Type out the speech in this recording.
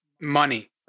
Money